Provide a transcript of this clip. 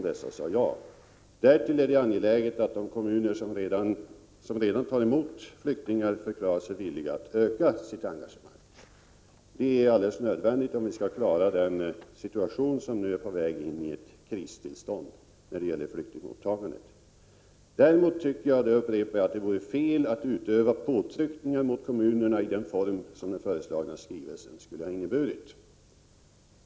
Dessutom är det angeläget att de kommuner som redan tar emot flyktingar förklarar sig villiga att öka sitt engagemang. Det är alldeles nödvändigt, om vi skall klara den situation som nu är på väg att bli ett kristillstånd när det gäller flyktingmottagandet. Däremot tycker jag, och jag upprepar det, att det vore fel att utöva sådana påtryckningar på kommunerna som den föreslagna skrivelsen skulle ha inneburit.